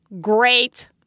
great